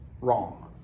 wrong